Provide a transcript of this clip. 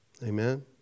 Amen